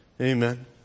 amen